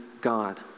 God